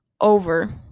over